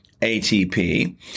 ATP